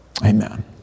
Amen